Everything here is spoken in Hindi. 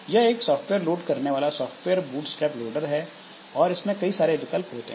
यह एक सॉफ्टवेयर लोड करने वाला सॉफ्टवेयर बूटस्ट्रैप लोडर है और इसमें कई सारे विकल्प होते हैं